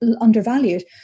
undervalued